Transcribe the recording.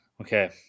okay